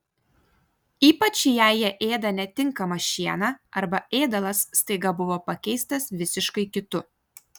ypač jei jie ėda netinkamą šieną arba ėdalas staiga buvo pakeistas visiškai kitu